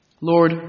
Lord